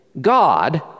God